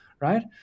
right